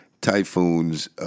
typhoons